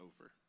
over